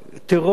טרור,